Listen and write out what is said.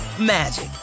magic